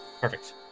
perfect